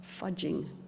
fudging